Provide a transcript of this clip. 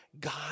God